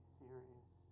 serious